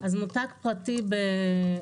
באירופה ומותג פרטי באירופה